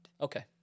Okay